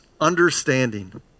understanding